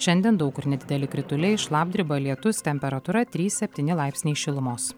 šiandien daug kur nedideli krituliai šlapdriba lietus temperatūra trys septyni laipsniai šilumos